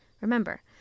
Remember